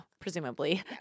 presumably